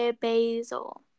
Basil